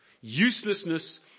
uselessness